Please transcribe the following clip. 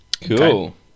Cool